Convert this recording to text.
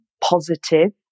positive